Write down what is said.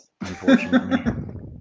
Unfortunately